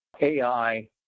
AI